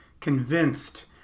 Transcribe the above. convinced